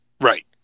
Right